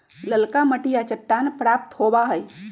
ललका मटिया चट्टान प्राप्त होबा हई